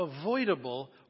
avoidable